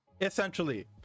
essentially